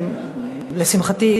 לשמחתי,